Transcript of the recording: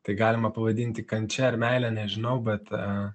tai galima pavadinti kančia ar meile nežinau bet